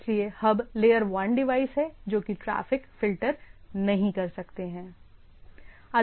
इसलिए hub layer one device हैं जोकि ट्रैफ़िक फ़िल्टर नहीं कर सकते हैं